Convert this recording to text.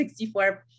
64